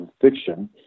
fiction